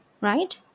right